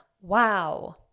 Wow